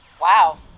Wow